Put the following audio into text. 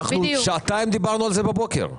במשך שעתיים דיברנו על זה הבוקר.